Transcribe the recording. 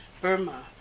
Burma